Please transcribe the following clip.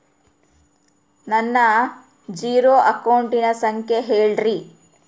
ನನ್ನ ಜೇರೊ ಅಕೌಂಟಿನ ಸಂಖ್ಯೆ ಹೇಳ್ರಿ?